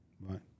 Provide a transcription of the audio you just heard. Right